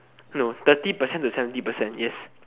no thirty percent to seventy percent yes